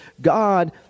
God